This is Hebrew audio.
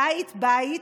בית-בית,